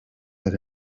that